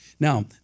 Now